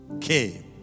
came